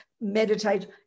meditate